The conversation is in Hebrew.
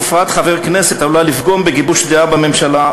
הופעת חבר הכנסת עלולה לפגום בגיבוש הדעה בממשלה,